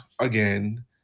again